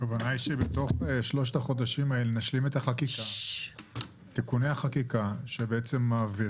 הכוונה שבשלושת החודשים האלה נשלים את תיקוני החקיקה שמעבירים